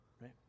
Right